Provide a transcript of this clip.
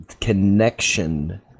connection